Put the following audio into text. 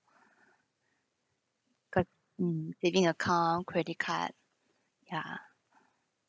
cause mm having a car credit card ya